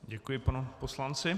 Děkuji panu poslanci.